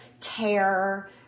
care